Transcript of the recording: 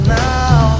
now